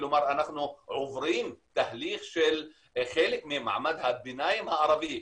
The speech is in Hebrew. כלומר אנחנו עוברים תהליך שחלק ממעמד הביניים הערבי,